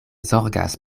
zorgas